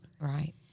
Right